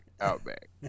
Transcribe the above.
Outback